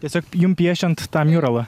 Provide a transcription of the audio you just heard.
tiesiog jum piešiant tą miurolą